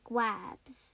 webs